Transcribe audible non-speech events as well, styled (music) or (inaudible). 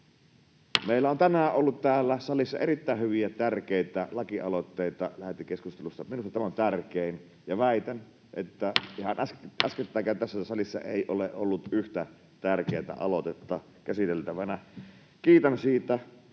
Meillä on tänään ollut täällä salissa erittäin hyviä, tärkeitä lakialoitteita lähetekeskustelussa. Minusta tämä on tärkein, ja väitän, (noise) että ihan äskettäinkään tässä salissa ei ole ollut yhtä tärkeätä aloitetta käsiteltävänä. Kiitän siitä